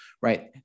right